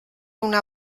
una